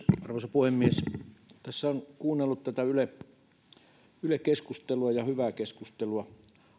arvoisa puhemies tässä olen kuunnellut tätä yle keskustelua ja hyvää keskustelua